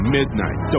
midnight